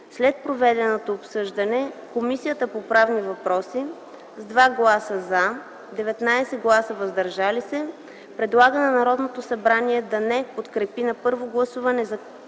След проведеното обсъждане Комисията по правни въпроси с 2 гласа „за” и 19 гласа „въздържали се” предлага на Народното събрание да не подкрепи на първо гласуване Законопроекта